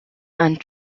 and